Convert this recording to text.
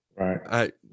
right